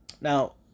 Now